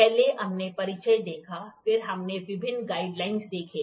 पहले हमने परिचय देखा फिर हमने विभिन्न गाइडलाइन देखे